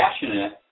passionate